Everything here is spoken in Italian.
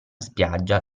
spiaggia